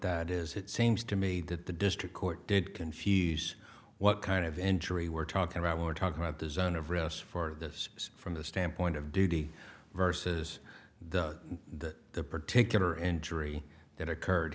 that is it seems to me that the district court did confuse what kind of injury we're talking about we're talking about the zone of risk for this from the standpoint of duty versus the the particular injury that occurred